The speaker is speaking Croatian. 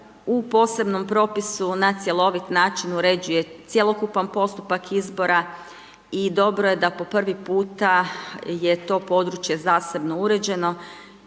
u posebnom propisu na cjelovit način uređuje cjelokupan postupak izbora i dobro j da po prvi puta je to područje zasebno uređeno